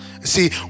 See